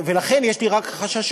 ולכן יש לי רק חששות.